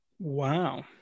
Wow